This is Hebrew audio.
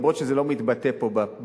גם אם זה לא מתבטא פה בפערים.